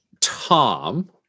tom